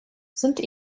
sind